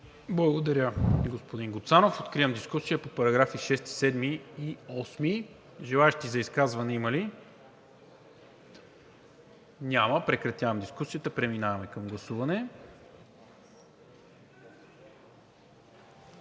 Благодаря, господин Гуцанов. Откривам дискусия по параграфи 14, 15 и 16. Желаещи за изказване има ли? Не виждам. Прекратявам дискусията. Подлагам на гласуване